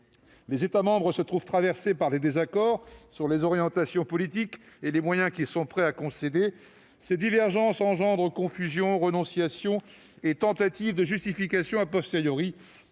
Les États membres se trouvent traversés par des désaccords sur les orientations politiques et sur les moyens qu'ils sont prêts à concéder. Ces divergences engendrent confusions, renonciations et tentatives de justifications J'en